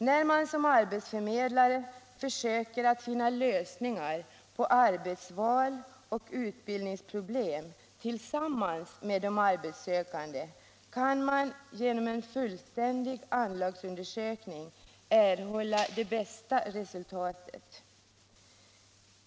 När man som arbetsförmedlare försöker att finna lösningar på arbetsvals och utbildningsproblem tillsammans med de arbetssökande kan man genom en fullständig anlagsundersökning erhålla det bästa resultatet.